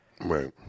Right